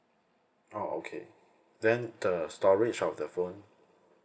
oh okay then the storage of the phone